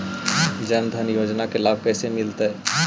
जन धान योजना के लाभ कैसे मिलतै?